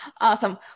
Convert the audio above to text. awesome